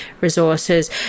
resources